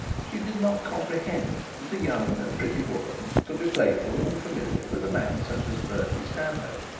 she did not comprehend that a young and pretty woman could be playful and familiar with a man such as bertie stanhope,